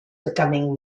becoming